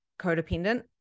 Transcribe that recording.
codependent